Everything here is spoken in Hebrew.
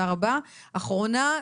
אחרונה,